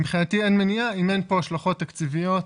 מבחינתי אין מניעה אם אין פה השלכות תקציביות